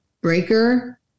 Breaker